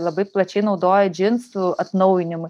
labai plačiai naudoja džinsų atnaujinimui